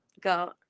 go